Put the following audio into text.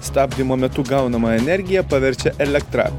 stabdymo metu gaunamą energiją paverčia elektra